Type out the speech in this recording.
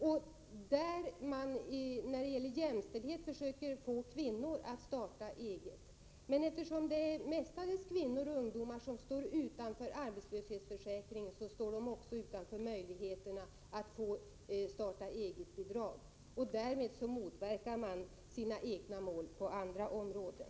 I jämställdhetens tecken försöker man få kvinnor att starta eget. Men eftersom det är mest kvinnor och ungdomar som står utanför arbetslöshetsförsäkringen står de också utanför möjligheterna att få starta-eget-bidrag. Därmed motverkar socialdemokraterna sina egna mål på andra områden.